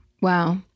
Wow